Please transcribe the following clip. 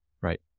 Right